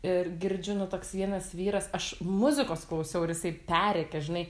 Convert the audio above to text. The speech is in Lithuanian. ir girdžiu nu toks vienas vyras aš muzikos klausiau ir jisai perrėkė žinai